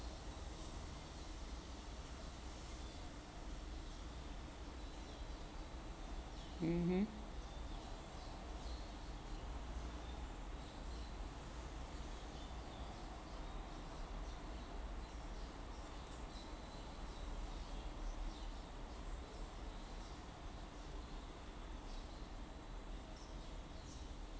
mmhmm